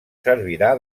servirà